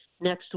next